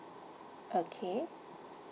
okay